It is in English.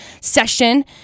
session